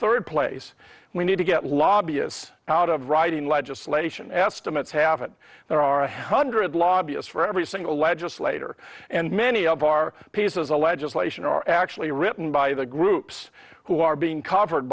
third place we need to get lobbyists out of writing legislation estimates have it there are a hundred lobbyists for every single legislator and many of our pieces of legislation or actually written by the groups who are being covered